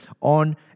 on